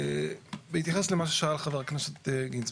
בהתייחס למה ששאל חבר הכנסת גינזבורג.